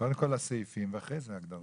קודם הסעיפים ואחר כך ההגדרות.